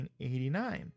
1989